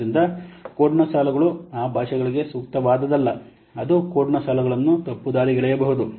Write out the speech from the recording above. ಆದ್ದರಿಂದ ಕೋಡ್ನ ಸಾಲುಗಳು ಆ ಭಾಷೆಗಳಿಗೆ ಸೂಕ್ತವಾದದ್ದಲ್ಲ ಅದು ಕೋಡ್ನ ಸಾಲುಗಳನ್ನು ತಪ್ಪುದಾರಿಗೆಳೆಯಹುದು